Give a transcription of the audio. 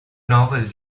novel